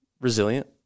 resilient